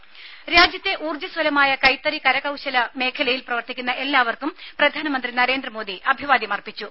രുമ രാജ്യത്തെ ഊർജ്ജസ്വലമായ കൈത്തറി കരകൌശല മേഖലയിൽ പ്രവർത്തിക്കുന്ന എല്ലാവർക്കും പ്രധാനമന്ത്രി നരേന്ദ്രമോദി അഭിവാദ്യമർപ്പിച്ചു